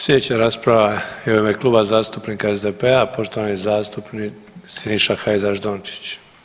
Slijedeća rasprava je u ime Kluba zastupnika SDP-a, poštovani zastupnik Siniša Hajdaš Dončić.